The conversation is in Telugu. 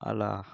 అలా